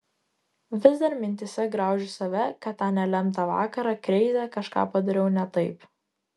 vis dar mintyse graužiu save kad tą nelemtą vakarą kreize kažką padariau ne taip